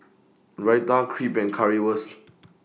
Raita Crepe and Currywurst